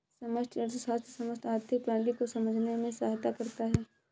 समष्टि अर्थशास्त्र समस्त आर्थिक प्रणाली को समझने में सहायता करता है